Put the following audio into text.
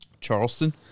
Charleston